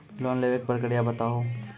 Loan लेवे के प्रक्रिया बताहू?